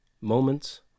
Moments